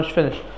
finish